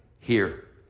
here,